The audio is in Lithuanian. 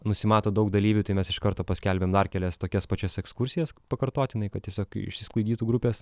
nusimato daug dalyvių tai mes iš karto paskelbiam dar kelias tokias pačias ekskursijas pakartotinai kad tiesiog išsisklaidytų grupės